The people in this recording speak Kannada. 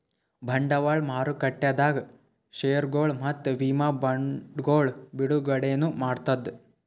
ಬಂಡವಾಳ್ ಮಾರುಕಟ್ಟೆದಾಗ್ ಷೇರ್ಗೊಳ್ ಮತ್ತ್ ವಿಮಾ ಬಾಂಡ್ಗೊಳ್ ಬಿಡುಗಡೆನೂ ಮಾಡ್ತದ್